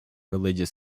religious